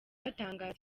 batangaza